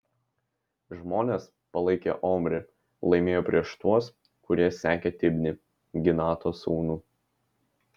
žmonės palaikę omrį laimėjo prieš tuos kurie sekė tibnį ginato sūnų